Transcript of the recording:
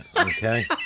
Okay